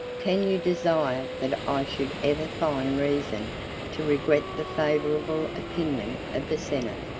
can you desire that i should ever find reason to regret the favorable opinion of the senate?